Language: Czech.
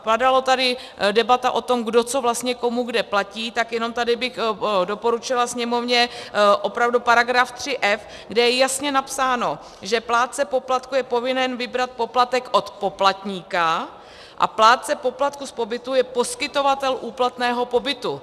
Padala tady debata o tom, kdo co vlastně komu kde platí, tak jenom tady bych doporučila Sněmovně opravdu § 3f, kde je jasně napsáno, že plátce poplatku je povinen vybrat poplatek od poplatníka a plátce poplatku z pobytu je poskytovatel úplatného pobytu.